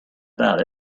about